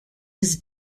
his